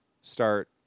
start